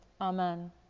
Amen